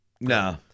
No